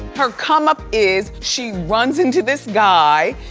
her come-up is she runs into this guy,